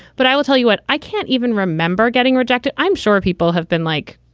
but i will tell you what, i can't even remember getting rejected. i'm sure people have been like,